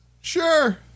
Sure